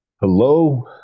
Hello